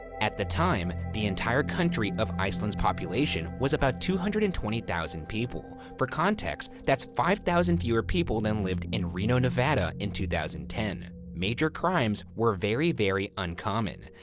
at the time, the entire country of iceland's population was about two hundred and twenty thousand people. for context, that's five thousand fewer people than lived in reno, nevada, in two thousand and ten. major crimes were very, very uncommon.